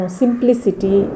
simplicity